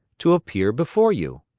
to appear before you.